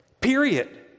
period